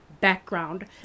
background